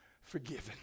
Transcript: forgiven